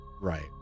Right